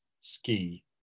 ski